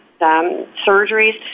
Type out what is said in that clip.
surgeries